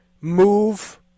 move